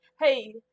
Hey